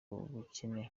ubukene